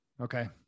Okay